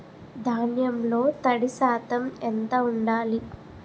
ధాన్యంలో తడి శాతం ఎంత ఉండాలి?